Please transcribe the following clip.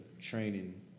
training